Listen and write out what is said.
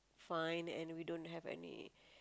fine and we don't have any